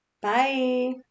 Bye